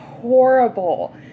horrible